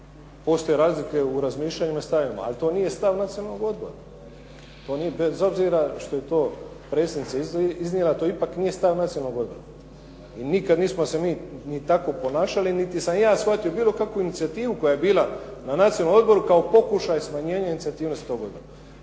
postoje razlike u razmišljanju i stavovima, ali to nije stav nacionalnog odbora. Bez obzira što je to predsjednica iznijela, to ipak nije stav nacionalnog odbora. I nikada nismo se mi ni tako ponašali niti sam ja shvatio bilo kakvu inicijativu koja je bila na nacionalnom odboru kao pokušaj smanjenja inicijativnosti tog odbora.